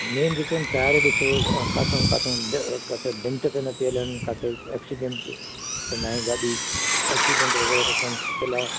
main जेके आहिनि tyre ॾिसो ऐं काथो काथो काथो ॾेंट त न पयल आहिनि कांथे एक्सीडैंट त नाहे गाॾी एक्सीडैंट वग़ैरह त कोन थियल आहे